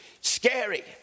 scary